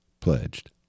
pledged